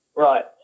Right